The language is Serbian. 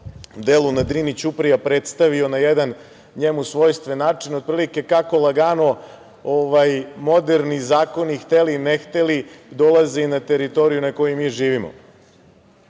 delu „Na Drini ćuprija“ predstavio na jedan njemu svojstven način, otprilike kako lagano moderni zakoni hteli-ne hteli dolaze i na teritoriju na kojoj mi živimo.U